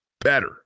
better